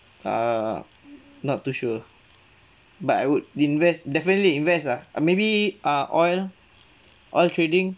err not too sure but I would invest definitely invest ah uh maybe uh oil oil trading